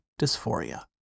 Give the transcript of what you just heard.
dysphoria